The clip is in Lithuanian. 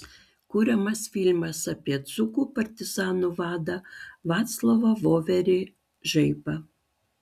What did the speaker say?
kuriamas filmas apie dzūkų partizanų vadą vaclovą voverį žaibą